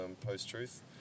post-truth